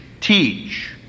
teach